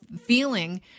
feeling